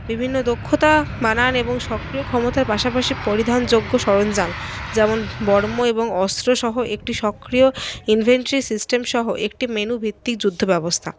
বিভিন্ন দক্ষতা বানান এবং সক্রিয় ক্ষমতার পাশাপাশি পরিধানযোগ্য সরঞ্জাম যেমন বর্ম এবং অস্ত্রসহ একটি সক্রিয় ইনভেন্টরি সিস্টেম সহ একটি মেনু ভিত্তিক যুদ্ধ ব্যবস্থা